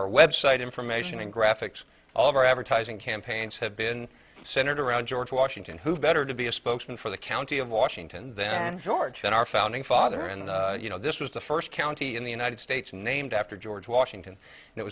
our website information and graphics all of our advertising campaigns have been centered around george washington who better to be a spokesman for the county of washington than george than our founding father and you know this was the first county in the united states named after george washington and it